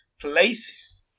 places